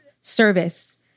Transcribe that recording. service